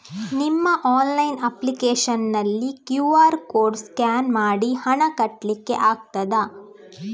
ನಿಮ್ಮ online application ನಲ್ಲಿ QR code scan ಮಾಡಿ ಹಣ ಕಟ್ಲಿಕೆ ಆಗ್ತದ?